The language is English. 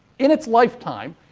in its lifetime,